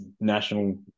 national